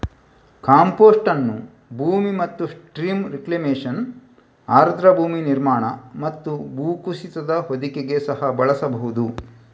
compost ಅನ್ನು ಭೂಮಿ ಮತ್ತು ಸ್ಟ್ರೀಮ್ ರಿಕ್ಲೇಮೇಶನ್, ಆರ್ದ್ರ ಭೂಮಿ ನಿರ್ಮಾಣ ಮತ್ತು ಭೂಕುಸಿತದ ಹೊದಿಕೆಗೆ ಸಹ ಬಳಸಬಹುದು